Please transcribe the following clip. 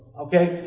okay?